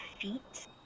feet